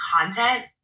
content